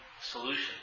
solution